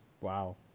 wow